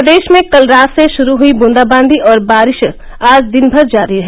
प्रदेश में कल रात से शुरू हुई ब्रंदाबादी और बारिश आज दिन भर जारी है